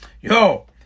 Yo